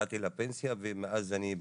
יצאתי לפנסיה ומאז אני בכנסת.